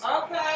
Okay